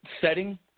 setting